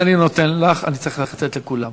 אם אני נותן לך אני צריך לתת לכולם.